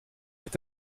est